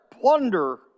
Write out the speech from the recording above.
plunder